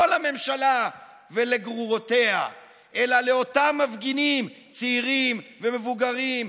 לא לממשלה ולגרורותיה אלא לאותם מפגינים צעירים ומבוגרים,